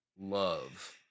love